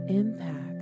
impact